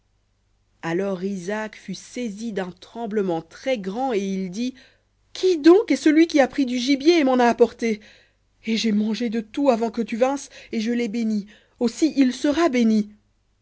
alors isaac fut saisi d'un tremblement très-grand et il dit qui donc est celui qui a pris du gibier et m'en a apporté et j'ai mangé de tout avant que tu vinsses et je l'ai béni aussi il sera béni